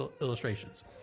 illustrations